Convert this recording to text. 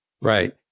Right